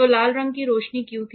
तो लाल रंग की रोशनी क्यों थी